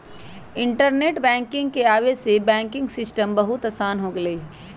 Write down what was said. internet banking के आवे से बैंकिंग सिस्टम बहुत आसान हो गेलई ह